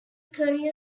career